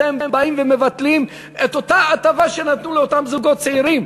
בחוק עכשיו אתם באים ומבטלים את אותה הטבה שנתנו לאותם זוגות צעירים.